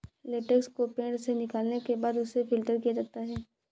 latex को पेड़ से निकालने के बाद उसे फ़िल्टर किया जाता है